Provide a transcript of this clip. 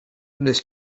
wnest